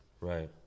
Right